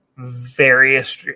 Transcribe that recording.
various